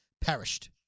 perished